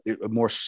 more